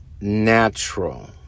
natural